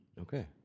okay